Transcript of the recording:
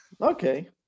Okay